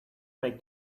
make